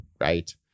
right